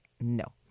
no